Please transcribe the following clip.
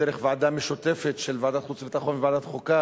דרך ועדה משותפת של ועדת החוץ והביטחון וועדת החוקה,